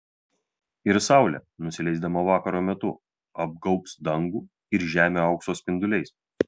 ir saulė nusileisdama vakaro metu apgaubs dangų ir žemę aukso spinduliais